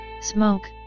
smoke